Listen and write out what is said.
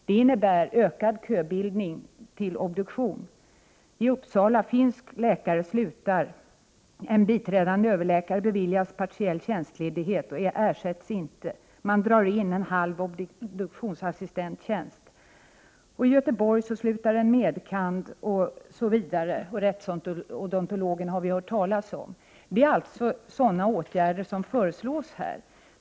Det innebär ökad köbildning till obduktion. I Uppsala finns läkare men slutar. En biträdande överläkare beviljas partiell tjänstledighet och ersätts inte. Man drar in en halv obduktionsassistenttjänst. I Göteborg slutar en med. kand., osv. Rättsodontologerna har vi hört talas om. Det är alltså sådana åtgärder som föreslås.